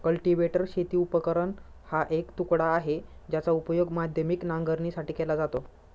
cultivator शेती उपकरण हा एक तुकडा आहे, ज्याचा उपयोग माध्यमिक नांगरणीसाठी केला जातो